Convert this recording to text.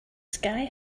sky